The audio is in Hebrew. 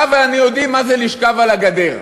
אתה ואני יודעים מה זה לשכב על הגדר.